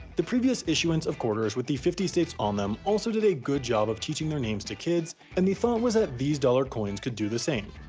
the previous issuance of quarters with the fifty states on them also did a good job of teaching their names to kids, and the thought was that these dollar coins could do the same.